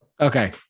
okay